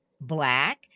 Black